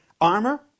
armor